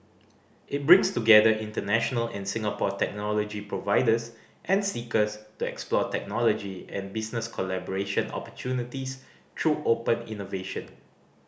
it brings together international and Singapore technology providers and seekers to explore technology and business collaboration opportunities through open innovation